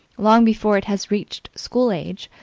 long before it has reached school age,